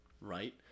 right